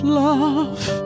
love